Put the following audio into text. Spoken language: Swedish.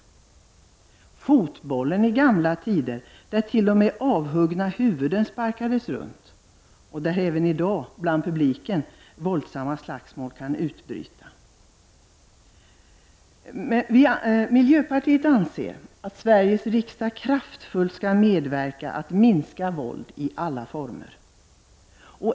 I fotbollen i gamla tider sparkades t.o.m. avhuggna huvuden runt och där kan även i dag, bland publiken, våldsamma slagsmål utbryta. Miljöpartiet anser att Sveriges riksdag kraftfullt skall medverka till att minska våld i alla former.